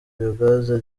biyogazi